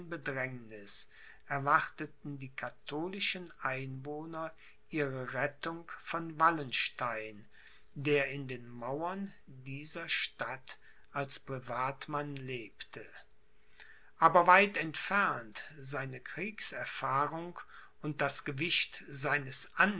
erwarteten die katholischen einwohner ihre rettung von wallenstein der in den mauern dieser stadt als privatmann lebte aber weit entfernt seine kriegserfahrung und das gewicht seines